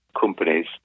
companies